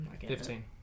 Fifteen